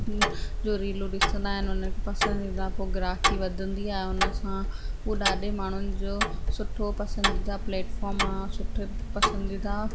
जो रीलू ॾिसंदा आहिनि हुनखे पसंदि ईंदो आहे पोइ गिराकी वधंदी आहे हुन सां उहो ॾाढे माण्हुनि जो सुठो पसंदीदा प्लैटफॉम आहे सुठो पसंदीदा